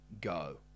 go